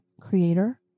creator